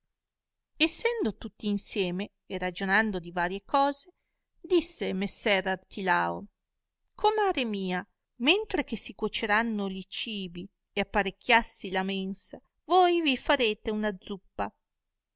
essendo tutti insieme e ragionando di varie cose disse messer artilao comare mia mentre che si cuoceranno li cibi e apparecchierassi la mensa voi vi farete una zuppa